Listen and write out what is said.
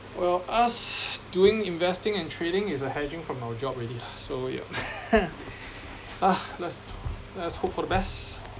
well us doing investing and trading is a hedging from our job already lah so yup let's let's hope for the best